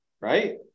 right